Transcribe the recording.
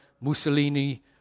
Mussolini